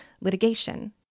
litigation